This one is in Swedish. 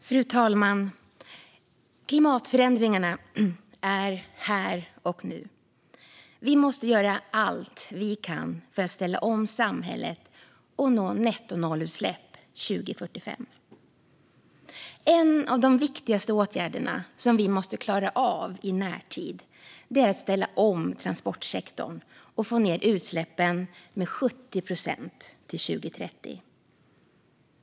Fru talman! Klimatförändringarna är här och nu. Vi måste göra allt vi kan för att ställa om samhället och nå nettonollutsläpp 2045. En av de viktigaste åtgärder som vi måste klara av i närtid är att ställa om transportsektorn och få ned utsläppen med 70 procent till 2030.